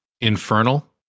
infernal